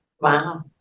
Wow